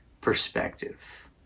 perspective